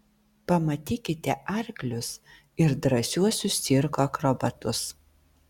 pamatykite arklius ir drąsiuosius cirko akrobatus